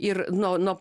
ir nuo nuo